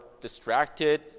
distracted